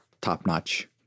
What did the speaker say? top-notch